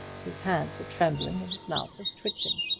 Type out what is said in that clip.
his hands were trembling, and his mouth was twitching.